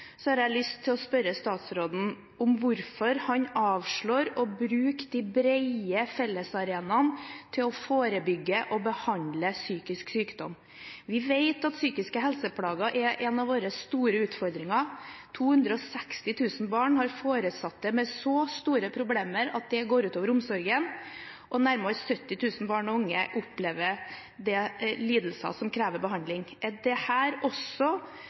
har jeg lyst til å spørre statsråden om hvorfor han avslår å bruke de brede fellesarenaene til å forebygge og behandle psykisk sykdom. Vi vet at psykiske helseplager er en av våre store utfordringer. 260 000 barn har foresatte med så store problemer at det går ut over omsorgen, og nærmere 70 000 barn og unge opplever lidelser som krever behandling. Er dette også